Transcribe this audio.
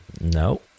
No